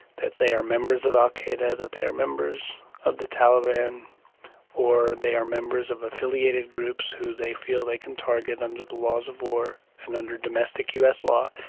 that they are members of al qaeda, that they are members of the taliban or they are members of affiliated groups who they feel they can target under the laws of war and under domestic us law.